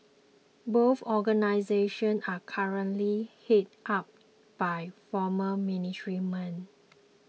both organisations are currently headed up by former military men